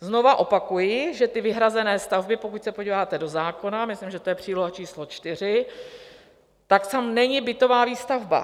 Znovu opakuji, že ty vyhrazené stavby, pokud se podíváte do zákona, myslím, že to je příloha číslo 4, tak tam není bytová výstavba.